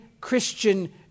Christian